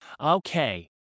Okay